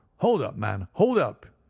hold up, man, hold up,